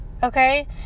Okay